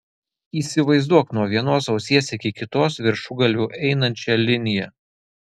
įsivaizduok nuo vienos ausies iki kitos viršugalviu einančią liniją